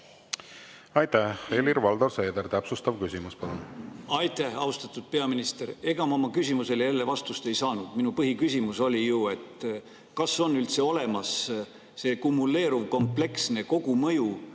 Aitäh! Helir-Valdor Seeder, täpsustav küsimus, palun! Aitäh! Austatud peaminister! Ega ma oma küsimusele jälle vastust ei saanud. Minu põhiküsimus oli ju, et kas on üldse olemas [analüüs] kumuleeruva kompleksse kogumõju